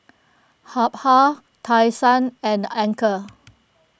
Habhal Tai Sun and Anchor